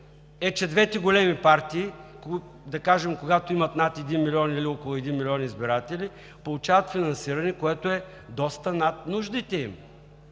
е, че двете големи партии, да кажем, когато имат над един милион или около един милион избиратели, получават финансиране, което е доста над нуждите им,